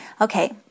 Okay